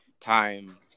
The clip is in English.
time –